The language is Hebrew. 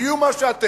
תהיו מה שאתם,